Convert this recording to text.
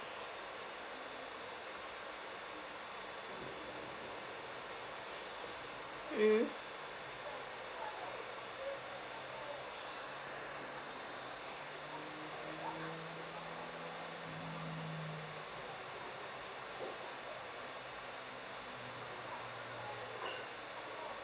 mm